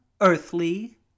earthly